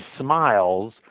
smiles